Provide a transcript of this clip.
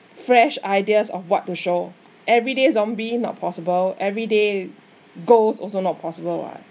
fresh ideas of what to show every day zombie not possible every day ghost also not possible [what]